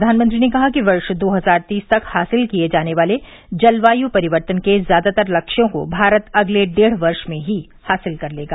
प्रधानमंत्री ने कहा कि वर्ष दो हजार तीस तक हांसिल किए जाने वाले जलवायु परिवर्तन के ज्यादातर लक्ष्यों को भारत अगले डेढ वर्ष में ही हांसिल कर लेगा